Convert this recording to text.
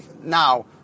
Now